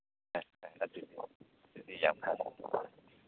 ꯐꯔꯦ ꯐꯔꯦ ꯑꯗꯨꯗꯤ ꯑꯗꯨꯗꯤ ꯌꯥꯝ ꯐꯔꯦ